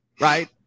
Right